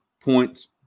points